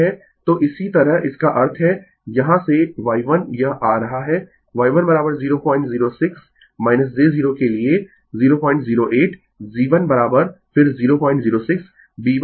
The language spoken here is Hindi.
तो इसी तरह इसका अर्थ है यहाँ से Y1 यह आ रहा है Y1 00 6 j 0 के लिए 008 g1 फिर 006 b 1 008